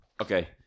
okay